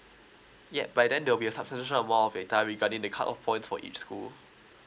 ya by then there'll be a substantial amount of data regarding the cut off point for each school